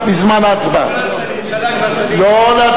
הדיווח של מוסדות פיננסיים על כספים ללא דורש,